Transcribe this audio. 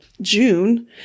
June